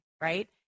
right